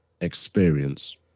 experience